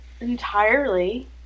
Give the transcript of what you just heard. entirely